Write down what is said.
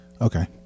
Okay